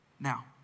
Now